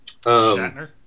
Shatner